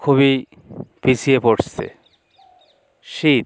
খুবই পিছিয়ে পড়ছে শীত